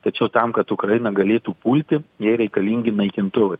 tačiau tam kad ukraina galėtų pulti jai reikalingi naikintuvai